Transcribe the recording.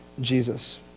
Jesus